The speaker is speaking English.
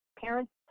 parents